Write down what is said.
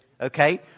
Okay